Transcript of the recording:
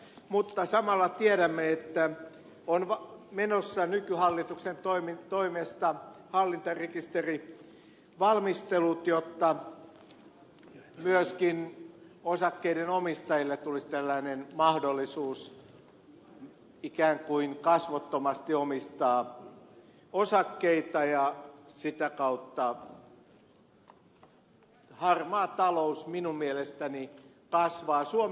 mutta samalla tiedämme että on menossa nykyhallituksen toimesta hallintarekisterivalmistelut jotta myöskin osakkeiden omistajille tulisi tällainen mahdollisuus ikään kuin kasvottomasti omistaa osakkeita ja sitä kautta harmaa talous minun mielestäni kasvaa